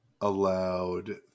allowed